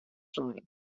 slein